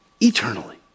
eternally